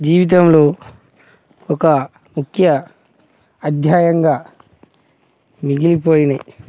జీవితంలో ఒక ముఖ్య అధ్యాయంగా మిగిలిపోయినీయ్